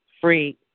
free